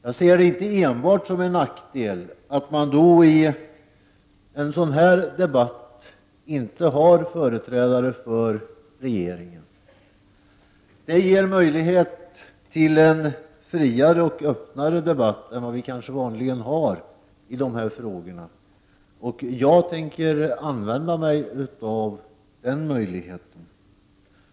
Jag ser det inte enbart som en nackdel att man då i en sådan här debatt inte har företrädare för regeringen. Det ger möjlighet till en friare och öppnare debatt än vad vi kanske vanligen har i dessa frågor. Jag tänker använda mig av den möjligheten.